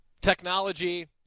Technology